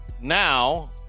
now